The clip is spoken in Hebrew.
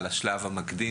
על השלב המקדים,